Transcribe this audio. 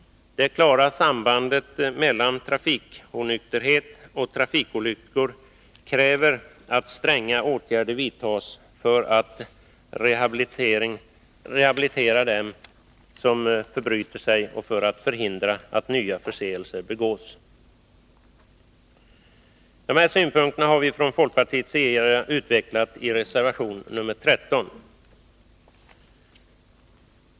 Det klara sambandet mellan trafikonykterhet och trafikolyckor kräver att stränga åtgärder vidtas för att rehabilitera dem som har förbrutit sig och för att förhindra att nya förseelser begås. Dessa synpunkter har vi från folkpartiet utvecklat i reservation nr 13.